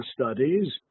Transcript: studies